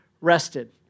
rested